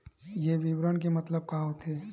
ये विवरण के मतलब का होथे?